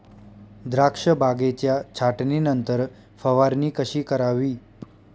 द्राक्ष बागेच्या छाटणीनंतर फवारणी कशी करावी?